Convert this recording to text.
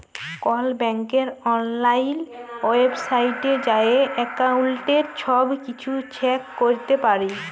call ব্যাংকের অললাইল ওয়েবসাইটে যাঁয়ে এক্কাউল্টের ছব কিছু চ্যাক ক্যরতে পারি